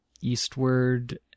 Eastward